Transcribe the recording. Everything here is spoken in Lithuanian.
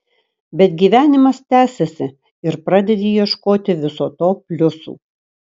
bet gyvenimas tęsiasi ir pradedi ieškoti viso to pliusų